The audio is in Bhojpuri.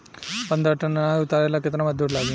पन्द्रह टन अनाज उतारे ला केतना मजदूर लागी?